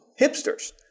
hipsters